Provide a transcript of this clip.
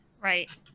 Right